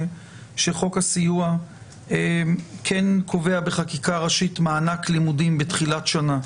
שחוק הסיוע כן קובע בחקיקה ראשית מענק לימודים בתחילת שנה.